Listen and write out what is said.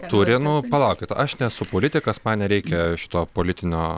turi nu palaukit aš nesu politikas man nereikia šito politinio